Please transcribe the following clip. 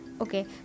okay